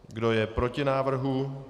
Kdo je proti návrhu?